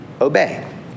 obey